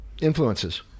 Influences